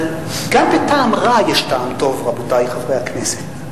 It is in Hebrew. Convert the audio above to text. אבל, גם בטעם רע יש טעם טוב, רבותי חברי הכנסת.